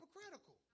hypocritical